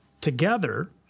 together